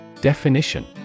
Definition